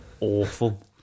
awful